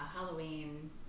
Halloween